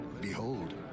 Behold